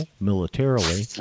militarily